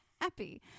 happy